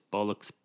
Bollocks